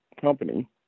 Company